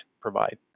provide